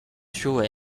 through